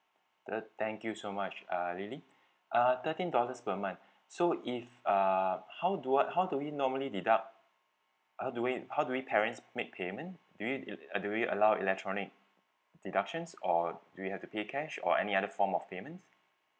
the thank you so much uh lily uh thirteen dollars per month so if uh how do I how do we normally deduct how do we how do we parents make payment do we uh uh do we allow electronic deductions or do we have to pay cash or any other form of payment